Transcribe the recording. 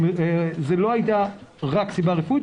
זו לא הייתה רק סיבה רפואית,